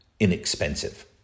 inexpensive